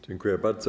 Dziękuję bardzo.